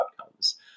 outcomes